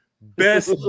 Best